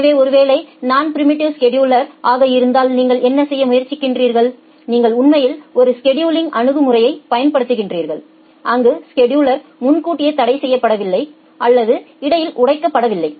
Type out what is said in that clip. எனவே ஒரு வேளை நான் ப்ரீம்ப்டிவ் ஸ்செடுலிங் ஆக இருந்தால் நீங்கள் என்ன செய்ய முயற்சிக்கிறீர்கள் நீங்கள் உண்மையில் ஒரு ஸ்செடுலிங் அணுகுமுறையை பயன்படுத்துகிறீர்கள் அங்கு ஸெடுலா் முன்கூட்டியே தடைசெய்யப்படவில்லை அல்லது இடையில் உடைக்கப்படவில்லை